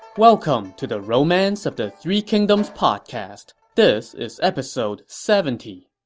welcome to the romance of the three kingdoms podcast. this is episode seventy